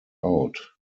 out